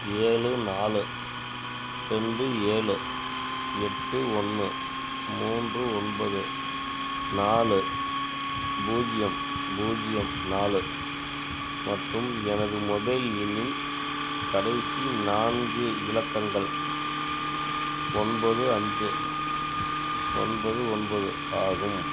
ஏழு நாலு ரெண்டு ஏழு எட்டு ஒன்று மூன்று ஒன்பது நாலு பூஜ்யம் பூஜ்யம் நாலு மற்றும் எனது மொபைல் எண்ணின் கடைசி நான்கு இலக்கங்கள் ஒன்பது அஞ்சு ஒன்பது ஒன்பது ஆகும்